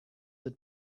had